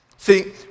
See